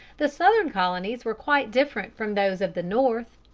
the southern colonies were quite different from those of the north.